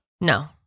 No